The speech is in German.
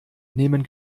nehmen